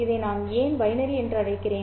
இதை நான் ஏன் பைனரி என்று அழைக்கிறேன்